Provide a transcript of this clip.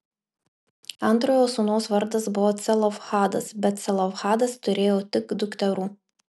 antrojo sūnaus vardas buvo celofhadas bet celofhadas turėjo tik dukterų